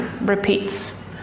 repeats